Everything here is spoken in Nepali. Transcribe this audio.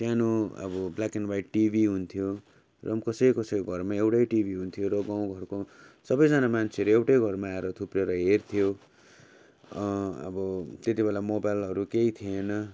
सानो अब ब्ल्याक एन्ड वाइट टिभी हुन्थ्यो र कसै कसैको घरमा एउटै टिभी हुन्थ्यो र गाउँघरको सबैजना मान्छेहरू एउटै घरमा आएर थुप्रेर हेर्थ्यो अब त्यति बेला मोबाइलहरू केही थिएन